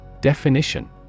Definition